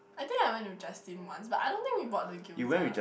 I think I went with Justin once but I don't think we bought the gyoza